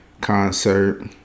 Concert